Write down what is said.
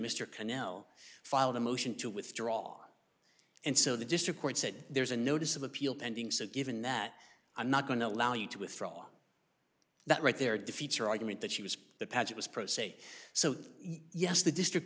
mr can now filed a motion to withdraw and so the district court said there's a notice of appeal pending so given that i'm not going to allow you to withdraw that right there defeats your argument that she was the padgett was pro se so yes the district